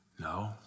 No